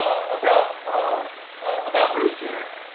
about um about bruce jenner.